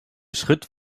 schritt